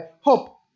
hope